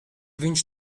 viņš